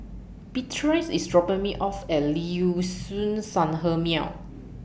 Beatrice IS dropping Me off At Liuxun Sanhemiao